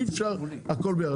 אי אפשר הכול ביחד.